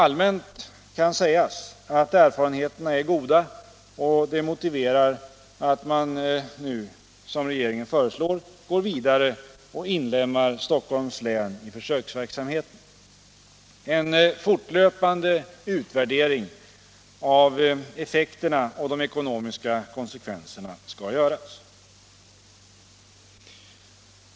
Allmänt kan sägas att erfarenheterna är goda och de politiken politiken motiverar att man nu, som regeringen föreslår, går vidare och inlemmar Stockholms län i försöksverksamheten. En fortlöpande utvärdering av effekterna och de ekonomiska konsekvenserna skall göras.